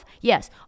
Yes